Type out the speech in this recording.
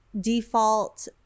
default